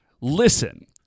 listen